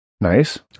Nice